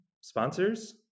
sponsors